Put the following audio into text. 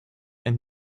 and